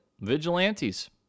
vigilantes